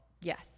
yes